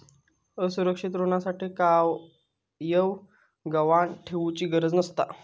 असुरक्षित ऋणासाठी कायव गहाण ठेउचि गरज नसता